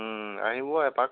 আহিব এপাক